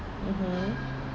mmhmm